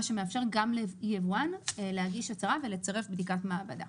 מה שמאפשר גם ליבואן להגיש הצהרה ולצרף בדיקת מעבדה.